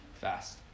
fast